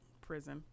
prison